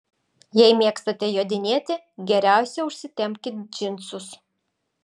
jei mėgstate jodinėti geriausia užsitempkit džinsus